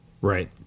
Right